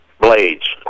blades